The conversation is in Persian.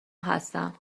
هستم